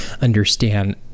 understand